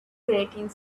grating